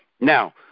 Now